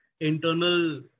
internal